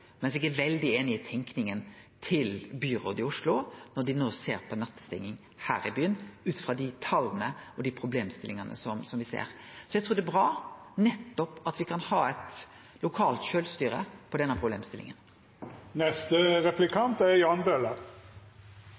eg er veldig einig i tenkinga til byrådet i Oslo når dei no ser på nattestenging her, ut frå dei tala og dei problemstillingane som me ser. Eg trur det er bra at me kan ha eit lokalt sjølvstyre i denne